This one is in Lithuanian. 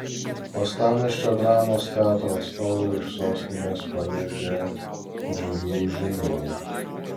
uostamiesčio dramos teatro atstovai iš sostinės parvežė džiugių žinių